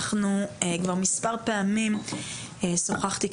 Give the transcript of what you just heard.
אנחנו כבר מספר פעמים שוחחתי,